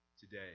today